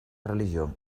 religió